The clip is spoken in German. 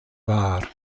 war